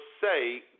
say